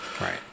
Right